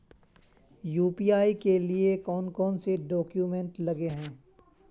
UPI के लिए कौन कौन से डॉक्यूमेंट लगे है?